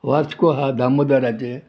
वास्को हा दामोदराचे